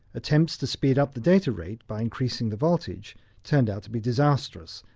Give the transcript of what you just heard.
attempts to speed up the data rate by increasing the voltage turned out to be disastrous,